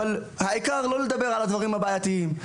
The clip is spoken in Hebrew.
אבל לא נדבר על הדברים הבעייתיים.